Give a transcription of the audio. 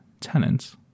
tenants